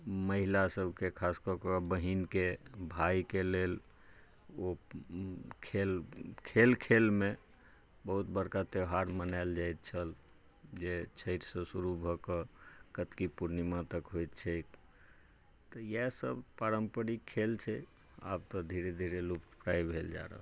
महिला सबके खास कऽ के बहीन के भाय के लेल ओ खेल खेल खेल मे बहुत बड़का त्यौहार मनायल जाइत छल जे छठि सॅं शुरू भऽ कऽ कार्तिकी पूर्णिमा तक होइत छै तऽ इएह सब पारम्परिक खेल छै आब तऽ धीरे धीरे लुप्तप्राय भेल जा रहल छै